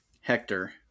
Hector